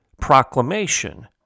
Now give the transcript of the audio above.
proclamation